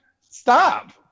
Stop